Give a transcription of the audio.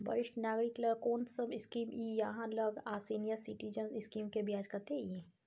वरिष्ठ नागरिक ल कोन सब स्कीम इ आहाँ लग आ सीनियर सिटीजन स्कीम के ब्याज कत्ते इ?